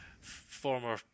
former